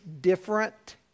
different